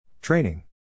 Training